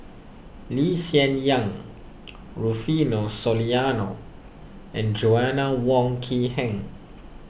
Lee Hsien Yang Rufino Soliano and Joanna Wong Quee Heng